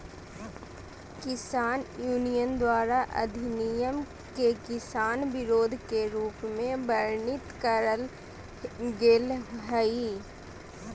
किसान यूनियन द्वारा अधिनियम के किसान विरोधी के रूप में वर्णित करल गेल हई